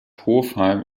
hofheim